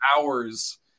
hours